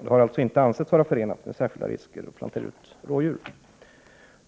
Det har alltså inte ansetts vara förenat med några särskilda risker att plantera ut rådjur.